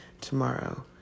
tomorrow